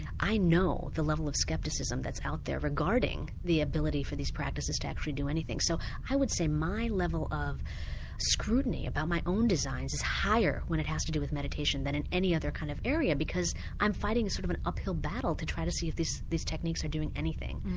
i know the level of scepticism that's out there regarding the ability for these practices to actually do anything, so i would say my level of scrutiny about my own designs is higher when it has to do with meditation than in any other kind of area, because i'm fighting sort of an uphill battle to try to see if these these techniques are doing anything.